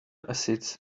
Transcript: acids